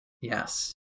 Yes